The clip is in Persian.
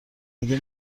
مگه